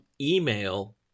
email